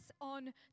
on